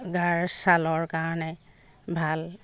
গাৰ ছালৰ কাৰণে ভাল